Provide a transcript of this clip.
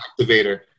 Activator